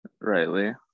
Rightly